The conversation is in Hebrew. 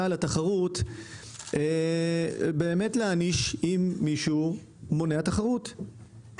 על התחרות להעניש אם מישהו מונע תחרות.